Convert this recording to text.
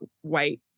white